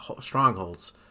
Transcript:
strongholds